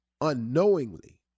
unknowingly